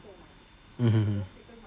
mmhmm hmm mm